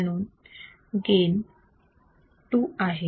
म्हणून गेन 2 आहे